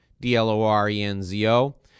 D-L-O-R-E-N-Z-O